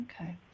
Okay